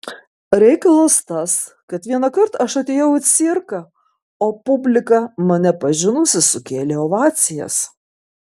reikalas tas kad vienąkart aš atėjau į cirką o publika mane pažinusi sukėlė ovacijas